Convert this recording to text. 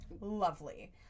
lovely